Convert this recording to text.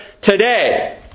today